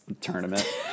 tournament